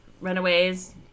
Runaways